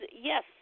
yes